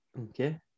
Okay